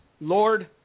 Lord